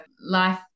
life